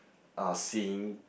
uh seeing